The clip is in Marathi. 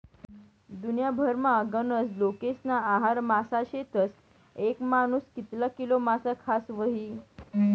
दुन्याभरमा गनज लोकेस्ना आहार मासा शेतस, येक मानूस कितला किलो मासा खास व्हयी?